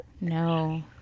No